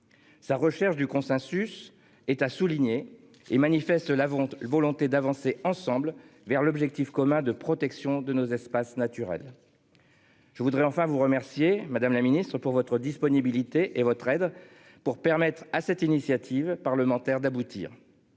Sa recherche du consensus est à souligner et manifeste la vente volonté d'avancer ensemble vers l'objectif commun de protection de nos espaces naturels. Je voudrais enfin vous remercier Madame la Ministre pour votre disponibilité et votre aide pour permettre à cette initiative parlementaire d'aboutir.